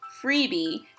freebie